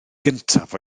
gyntaf